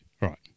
Right